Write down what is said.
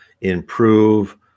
improve